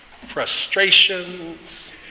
frustrations